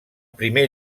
primer